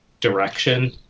direction